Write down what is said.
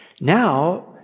Now